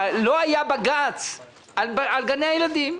לא היה בג"צ על גני הילדים.